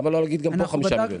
למה לא להגיד גם פה 5 מיליון?